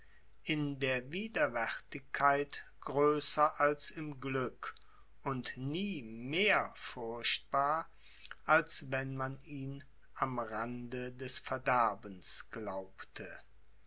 in der widerwärtigkeit größer als im glück und nie mehr furchtbar als wenn man ihn am rande des verderbens glaubte